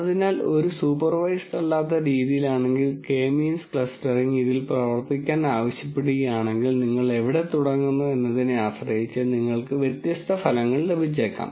അതിനാൽ ഒരു സൂപ്പർവൈസ്ഡ് അല്ലാത്ത രീതിയിലാണെങ്കിൽ K മീൻസ് ക്ലസ്റ്ററിംഗ് ഇതിൽ പ്രവർത്തിക്കാൻ ആവശ്യപ്പെടുകയാണെങ്കിൽ നിങ്ങൾ എവിടെ തുടങ്ങുന്നു എന്നതിനെ ആശ്രയിച്ച് നിങ്ങൾക്ക് വ്യത്യസ്ത ഫലങ്ങൾ ലഭിച്ചേക്കാം